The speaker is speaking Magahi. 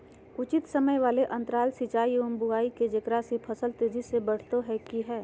उचित समय वाले अंतराल सिंचाई एवं बुआई के जेकरा से फसल तेजी से बढ़तै कि हेय?